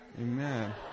Amen